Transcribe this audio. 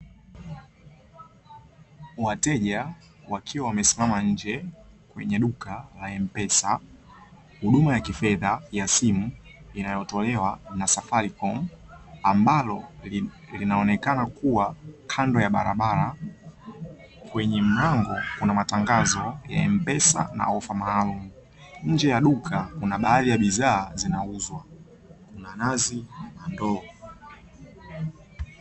Wateja wakiwa wamesimama nje kwenye duka la "M pesa" huduma ya kifedha ya simu inayotolewa na " safari com" ambalo linaonekana kuwa kando ya barabara, kwenye mlango unamatangazo ya "M pesa" na ofa maalumu nje ya duka kuna baadhi ya bidhaa zinauzwa kuna nazi na ndoo.